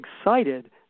excited